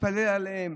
התפלל עליהם.